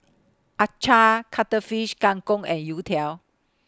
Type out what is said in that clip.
Acar Cuttlefish Kang Kong and Youtiao